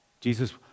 Jesus